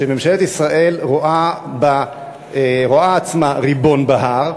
שממשלת ישראל רואה עצמה ריבון בהר,